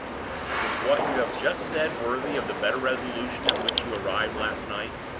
is what you have just said worthy of the better resolution at which you arrived last night?